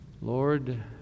Lord